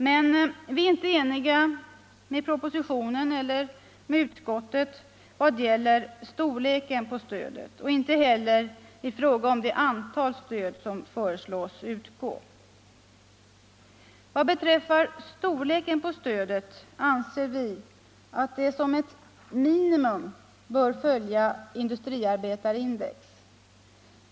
Men vi kan inte ansluta oss till propositionens eller utskottets förslag vad gäller storleken på stödet och i fråga om det antal stöd som skall utgå. Vad beträffar stödets storlek anser vi att det som ett minimum bör följa industriarbetarindex.